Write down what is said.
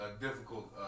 difficult